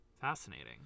Fascinating